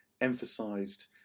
emphasised